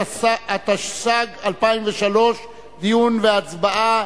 התשס"ג 2003, דיון והצבעה.